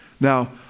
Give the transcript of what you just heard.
Now